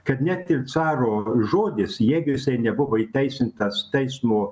kad net ir caro žodis jeigu jisai nebuvo įteisintas teismo